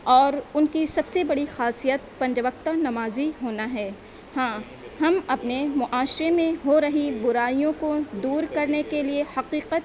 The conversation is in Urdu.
اور ان کی سب سے بڑی خاصیت پنج وقتہ نمازی ہونا ہے ہاں ہم اپنے معاشرے میں ہو رہی برائیوں کو دور کرنے کے لیے حقیقت